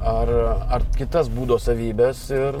ar ar kitas būdo savybes ir